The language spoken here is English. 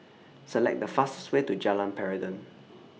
Select The fastest Way to Jalan Peradun